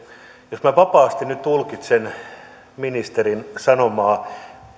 jos minä vapaasti nyt tulkitsen ministerin sanomaa